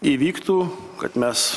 įvyktų kad mes